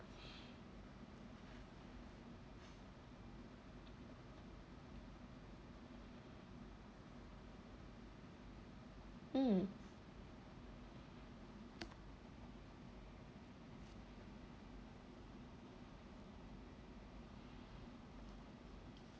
mm